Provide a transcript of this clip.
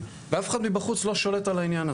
ואחר-כך נשמע את רמי הופנברג